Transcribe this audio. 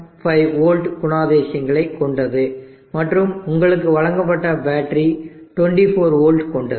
5 volt குணாதிசயங்களைக் கொண்டது மற்றும் உங்களுக்கு வழங்கப்பட்ட பேட்டரி 24V கொண்டது